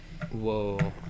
Whoa